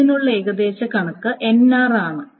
ഇതിനുള്ള ഏകദേശ കണക്ക് ആണ്